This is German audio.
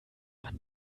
man